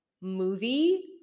movie